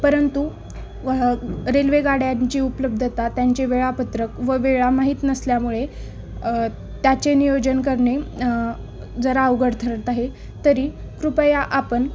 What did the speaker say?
परंतु वह रेल्वेगाड्यांची उपलब्धता त्यांचे वेळापत्रक व वेळा माहीत नसल्यामुळे त्याचे नियोजन करणे जरा अवघड ठरत आहे तरी कृपया आपण